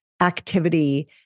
activity